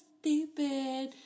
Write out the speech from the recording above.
stupid